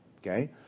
Okay